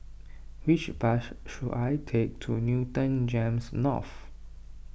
which bus should I take to Newton Gems North